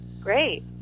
Great